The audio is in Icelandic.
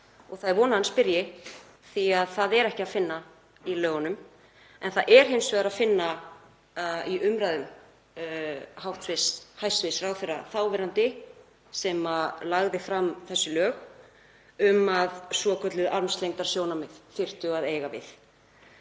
Það er von að hann spyrji því að það er ekki að finna í lögunum en það er hins vegar að finna í umræðum hæstv. ráðherra þáverandi sem lagði fram þessi lög, að svokölluð armslengdarsjónarmið þyrftu að eiga við.